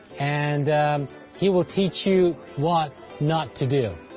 and he will teach you what not to do.